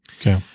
Okay